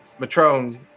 Matrone